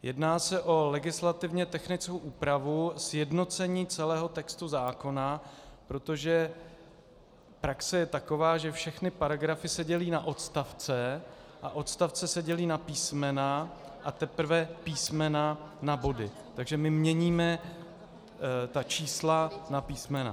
Jedná se o legislativně technickou úpravu sjednocení celého textu zákona, protože praxe je taková, že všechny paragrafy se dělí na odstavce a odstavce se dělí na písmena a teprve písmena na body, takže my měníme ta čísla na písmena.